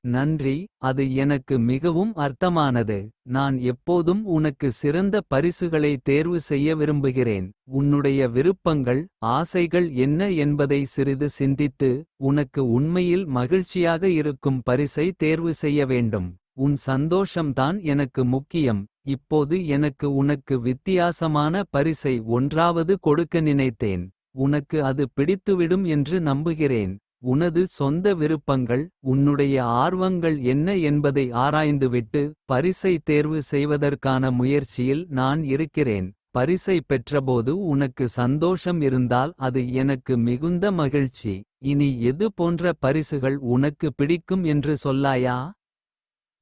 நன்றி அது எனக்கு மிகவும் அர்த்தமானது. நான் எப்போதும் உனக்கு சிறந்த பரிசுகளை தேர்வு செய்ய. விரும்புகிறேன் உன்னுடைய விருப்பங்கள். ஆசைகள் என்ன என்பதை சிறிது சிந்தித்து. உனக்கு உண்மையில் மகிழ்ச்சியாக இருக்கும் பரிசை. தேர்வு செய்யவேண்டும் உன் சந்தோஷம் தான் எனக்கு முக்கியம். இப்போது எனக்கு உனக்கு வித்தியாசமான பரிசை ஒன்றாவது. கொடுக்க நினைத்தேன் உனக்கு அது பிடித்துவிடும் என்று நம்புகிறேன் உனது சொந்த விருப்பங்கள் உன்னுடைய. ஆர்வங்கள் என்ன என்பதை ஆராய்ந்துவிட்டு. பரிசை தேர்வு செய்வதற்கான முயற்சியில் நான் இருக்கிறேன். பரிசைப் பெற்றபோது உனக்கு சந்தோஷம் இருந்தால். அது எனக்கு மிகுந்த மகிழ்ச்சி இனி எது போன்ற பரிசுகள். உனக்கு பிடிக்கும் என்று சொல்லாயா.